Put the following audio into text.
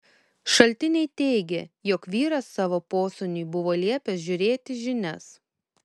šaltiniai teigė jog vyras savo posūniui buvo liepęs žiūrėti žinias